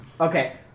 Okay